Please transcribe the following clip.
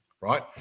Right